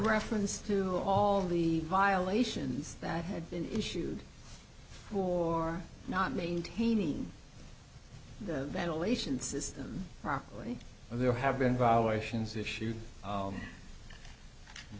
reference to all of the violations that had been issued hul are not maintaining the ventilation system properly there have been violations issued that does